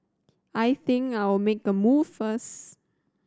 I think I'll make a move first